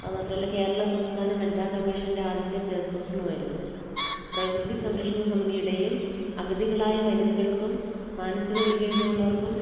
അതു മാത്രമല്ല കേരള സംസ്ഥാന വനിതാ കമ്മീഷൻ്റെ ആദ്യത്തെ ചെയർപേഴ്സണും ആയിരുന്നു പ്രകൃതി സംരക്ഷണ സമിധിയുടെയും അഗതികളായ വനിതകൾക്കും മാനസിക വൈകല്യമുള്ളവർക്കും